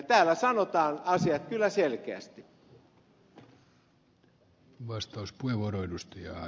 täällä sanotaan asiat kyllä selkeästi